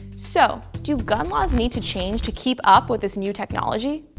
so do gun laws need to change to keep up with this new technology?